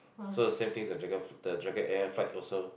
so the same thing the dragon the Dragon Air flight also